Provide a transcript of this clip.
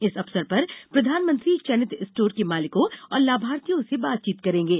इस अवसर पर प्रधानमंत्री चयनित स्टोर के मालिको और लाभार्थियों से बातचीत करेंगे